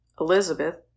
Elizabeth